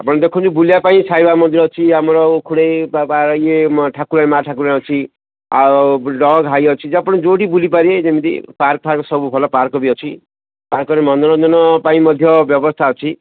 ଆପଣ ଦେଖନ୍ତୁ ବୁଲିବା ପାଇଁ ସାଇ ବାବା ମନ୍ଦିର ଅଛି ଆମର ଉଖୁଡ଼େଇ ବା ବା ଇଏ ମାଆ ଠାକୁରାଣୀ ମାଆ ଠାକୁରାଣୀ ଅଛି ଆଉ ଡଗ ହାଇ ଅଛି ଆପଣ ଯେଉଁଠି ବୁଲି ପାରିବେ ଯେମିତି ପାର୍କ ଫାର୍କ ସବୁ ଭଲ ପାର୍କ ବି ଅଛି ପାର୍କରେ ମନୋରଂଜନ ପାଇଁ ମଧ୍ୟ ବ୍ୟବସ୍ଥା ଅଛି